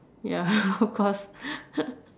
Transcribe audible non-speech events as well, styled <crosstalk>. ya of course <laughs>